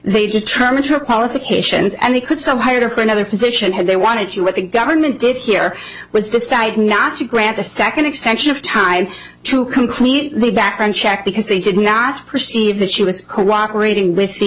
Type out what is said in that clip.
they determine her qualifications and they could still hire for another position had they wanted to what the government did here was decide not to grant a second extension of time to complete the background check because they did not perceive that she was cooperating with the